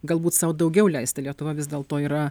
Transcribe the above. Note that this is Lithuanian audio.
galbūt sau daugiau leisti lietuva vis dėlto yra